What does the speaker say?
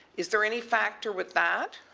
is there any factor with that?